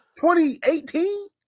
2018